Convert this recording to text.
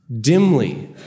dimly